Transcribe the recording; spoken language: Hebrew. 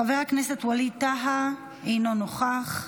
חבר הכנסת ווליד טאהא, אינו נוכח.